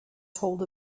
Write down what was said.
told